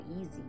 easy